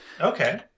Okay